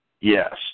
Yes